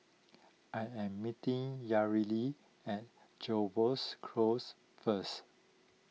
I am meeting Yareli at Jervois Close first